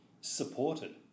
supported